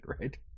right